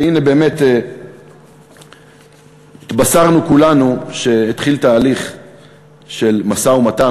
והנה באמת התבשרנו כולנו שהתחיל תהליך של משא-ומתן,